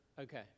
Okay